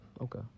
okay